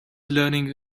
learning